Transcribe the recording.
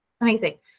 amazing